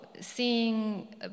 seeing